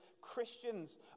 Christians